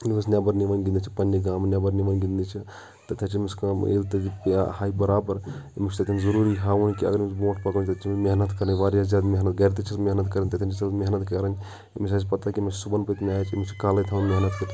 ییٚلہِ أسۍ نؠبَر نوان چھِ گِنٛدنہِ أسۍ چھِ پننے گامہٕ نؠبَر نوان گِنٛدنہِ چھِ تہٕ تَتہِ چھِ أمِس کٲم ییٚلہِ تہِ یہِ ہایہِ برابر أمِس چھِ تَتؠن ضرُورِی ہاوُن کہِ اَگر أسۍ برُونٛٹھ پَکُو تیٚلہِ چھِ أمِس محنت کرٕنۍ واریاہ زِیادٕ مِحنت گَرِ تہِ چھس محنت کَرٕنۍ تَتؠن تہِ چھس محنت کَرٕنۍ أمِس آسہِ پتاہ کہِ مےٚ چھِ صُبحَس میچ أمِس چھِ کالَے تھاوٕنۍ محنت کٔرِتھ